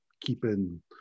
keeping